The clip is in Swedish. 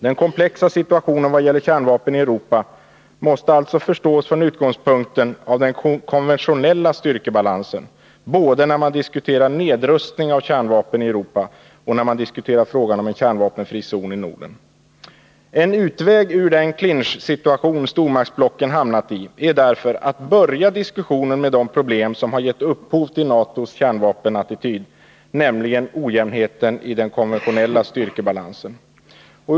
Den komplexa situationen vad gäller kärnvapen i Europa måste alltså bedömas med hänsyn till den konventionella styrkebalansen. Det gäller både när man diskuterar nedrustning av kärnvapen i Europa och när man diskuterar frågan om en kärnvapenfri zon i Norden. En utväg ur den ”clinchsituation” som stormaktsblocken hamnat i är därför att börja diskussionen med det problem som har gett upphov till NATO:s kärnvapenattityd, nämligen ojämnheten i den konventionella styrkebalansen.